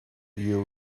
you